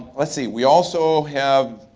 let's see, we also have.